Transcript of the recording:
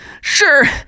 sure